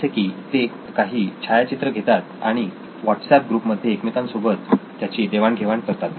जसे की ते काही छायाचित्र घेतात आणि व्हाट्सअप ग्रुप मध्ये एकमेकांसोबत त्यांची देवाणघेवाण करतात